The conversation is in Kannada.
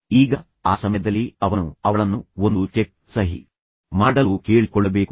ಈಗ ಆ ಸಮಯದಲ್ಲಿ ಅವನು ಅವಳನ್ನು ಒಂದು ಚೆಕ್ ಸಹಿ ಮಾಡಲು ಕೇಳಿಕೊಳ್ಳಬೇಕು